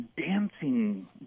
dancing